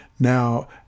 Now